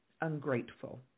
ungrateful